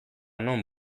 non